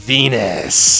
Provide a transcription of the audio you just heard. Venus